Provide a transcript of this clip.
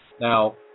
Now